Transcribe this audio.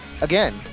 again